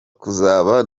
kuzaba